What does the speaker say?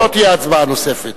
לא תהיה הצבעה נוספת.